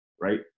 right